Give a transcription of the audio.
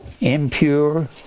impure